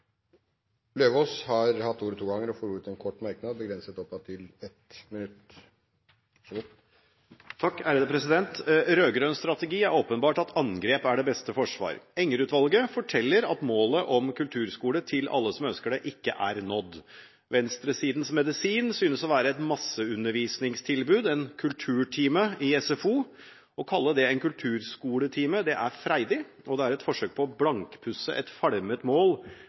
Løvaas har hatt ordet to ganger tidligere og får ordet til en kort merknad, begrenset til 1 minutt. Rød-grønn strategi er åpenbart at angrep er det beste forsvar. Enger-utvalget forteller at målet om kulturskole til alle som ønsker det, ikke er nådd. Venstresidens medisin synes å være et masseundervisningstilbud, en kulturtime i SFO. Å kalle det en kulturskoletime er freidig og et forsøk på å blankpusse et falmet mål